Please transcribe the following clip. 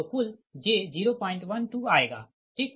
तो कुल j 012 आएगा ठीक